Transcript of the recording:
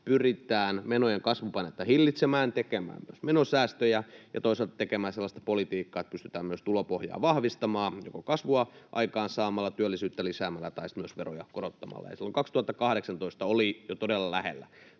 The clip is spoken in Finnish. pyritään menojen kasvupainetta hillitsemään, tekemään myös menosäästöjä, ja toisaalta tekemään sellaista politiikkaa, että pystytään myös tulopohjaa vahvistamaan joko kasvua aikaan saamalla, työllisyyttä lisäämällä tai sitten myös veroja korottamalla. Silloin 2018 se oli jo todella lähellä,